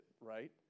Right